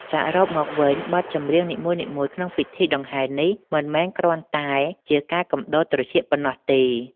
សរុបមកវិញ បទចម្រៀងនីមួយៗក្នុងពិធីដង្ហែនេះ មិនមែនគ្រាន់តែជាការកំដរត្រចៀកប៉ុណ្ណោះទេ